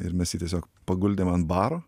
ir mes jį tiesiog paguldėm ant baro